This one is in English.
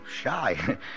shy